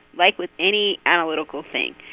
like with any analytical thing,